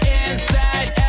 inside